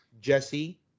Jesse